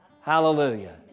Hallelujah